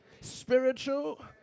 spiritual